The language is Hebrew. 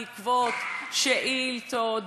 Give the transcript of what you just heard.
בעקבות שאילתות,